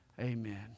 amen